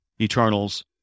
Eternals